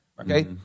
Okay